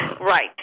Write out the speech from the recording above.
Right